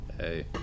Hey